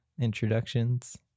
introductions